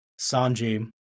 Sanji